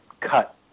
cut